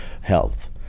health